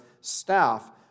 staff